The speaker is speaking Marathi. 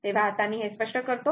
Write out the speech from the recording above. आता मी हे स्पष्ट करतो